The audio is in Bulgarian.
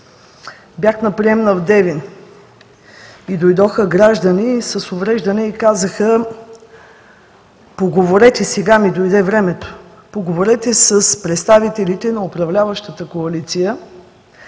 бях на приемна в Девин и дойдоха граждани с увреждания и казаха, сега ми дойде времето: поговорете с представителите на управляващата коалиция